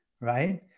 right